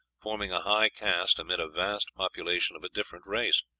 forming a high caste amid a vast population of a different race.